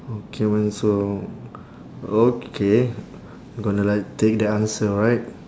okay man so okay I'm gonna like take that answer alright